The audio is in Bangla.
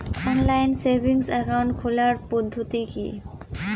অনলাইন সেভিংস একাউন্ট খোলার পদ্ধতি কি?